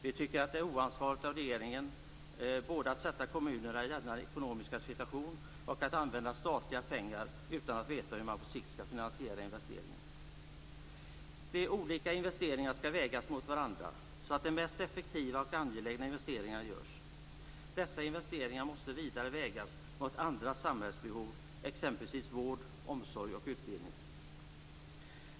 Vi tycker att det är oansvarigt av regeringen både att sätta kommunerna i denna ekonomiska situation och att använda statliga pengar utan att veta hur man på sikt skall finansiera investeringen. De olika investeringarna skall vägas mot varandra så att de mest effektiva och angelägna investeringarna görs. Dessa investeringar måste vidare vägas mot andra samhällsbehov, exempelvis vård, omsorg och utbildning.